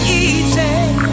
easy